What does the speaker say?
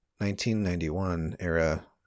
1991-era